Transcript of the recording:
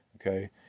Okay